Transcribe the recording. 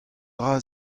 dra